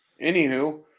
anywho